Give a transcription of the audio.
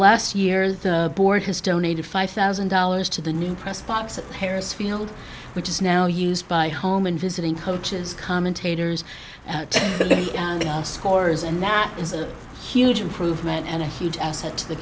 last year the board has donated five thousand dollars to the new press box pairs field which is now used by home and visiting coaches commentators scores and that is a huge improvement and a huge asset to the